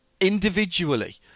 individually